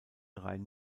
rein